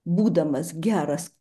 būdamas geras